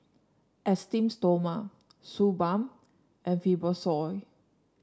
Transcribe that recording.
Esteem Stoma Suu Balm and Fibrosol